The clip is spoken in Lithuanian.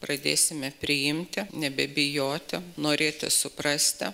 pradėsime priimti nebebijoti norėti suprasti